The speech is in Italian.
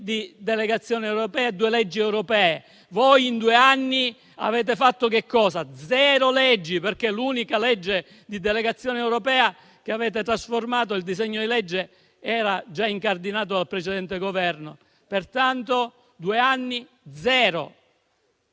delegazione europea e due leggi europee. Voi in due anni avete approvato zero leggi, perché l'unica legge di delegazione europea che avete trasformato era un disegno di legge già incardinato dal precedente Governo, pertanto in due anni zero